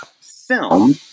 film